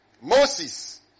Moses